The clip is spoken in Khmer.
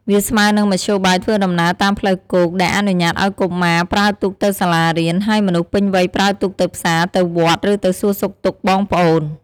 វាស្មើនឹងមធ្យោបាយធ្វើដំណើរតាមផ្លូវគោក ដែលអនុញ្ញាតឲ្យកុមារប្រើទូកទៅសាលារៀន ហើយមនុស្សពេញវ័យប្រើទូកទៅផ្សារ ទៅវត្ត ឬទៅសួរសុខទុក្ខបងប្អូន។